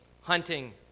hunting